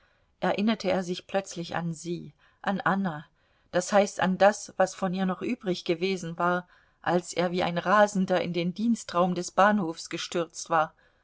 erinnerte er sich plötzlich an sie an anna das heißt an das was von ihr noch übrig gewesen war als er wie ein rasender in den dienstraum des bahnhofs gestürzt war